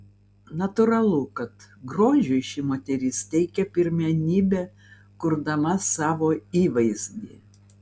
natūralu kad grožiui ši moteris teikia pirmenybę kurdama savo įvaizdį